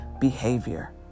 behavior